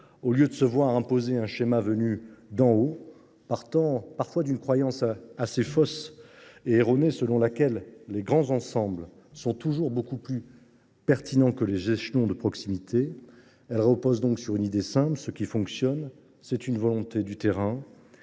Au lieu de se voir imposer un schéma venu d’en haut, partant parfois d’une croyance erronée selon laquelle les grands ensembles sont toujours plus pertinents que les échelons de proximité, elle repose sur une idée simple : ce qui fonctionne, c’est la volonté du terrain